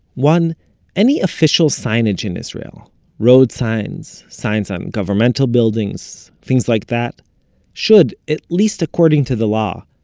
one any official signage in israel road signs, signs on governmental buildings, things like that should, at least according to the law,